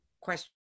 question